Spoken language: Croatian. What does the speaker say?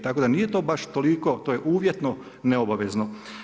Tako da nije to baš toliko, to je uvjetno neobavezno.